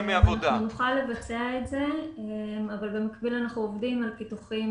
נוכל לבצע את זה אבל במקביל אנחנו עובדים על פיתוחים